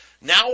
Now